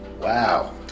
Wow